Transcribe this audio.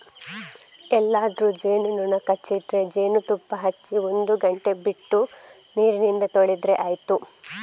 ಎಲ್ಲಾದ್ರೂ ಜೇನು ನೊಣ ಕಚ್ಚಿದ್ರೆ ಜೇನುತುಪ್ಪ ಹಚ್ಚಿ ಒಂದು ಗಂಟೆ ಬಿಟ್ಟು ನೀರಿಂದ ತೊಳೆದ್ರೆ ಆಯ್ತು